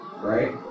right